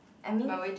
I mean